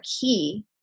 key